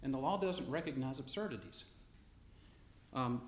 in the law doesn't recognize absurdities